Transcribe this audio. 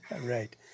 Right